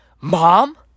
Mom